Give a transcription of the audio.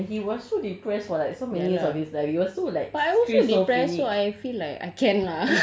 but even then he was so depressed for like so many years of his life he was so like schizophrenic